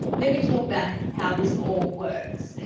let me talk about how this all works.